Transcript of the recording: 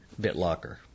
BitLocker